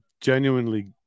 genuinely